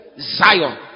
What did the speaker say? Zion